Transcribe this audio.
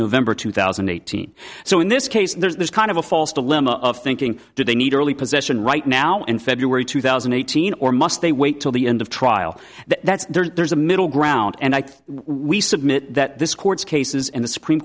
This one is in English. november two thousand and eighteen so in this case there's kind of a false dilemma of thinking do they need early position right now in february two thousand and eighteen or must they wait till the end of trial that's there's a middle ground and i think we submit that this court's cases in the supreme